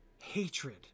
hatred